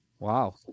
Wow